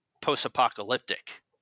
post-apocalyptic